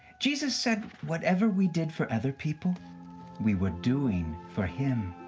jesus said whatever we did for other people we were doing for him.